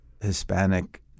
Hispanic